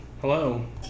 Hello